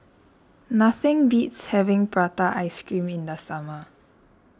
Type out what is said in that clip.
nothing beats having Prata Ice Cream in the summer